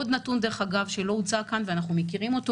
עוד נתון שלא הוצג כאן ואנחנו מכירים אותו,